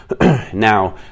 Now